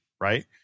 right